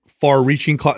far-reaching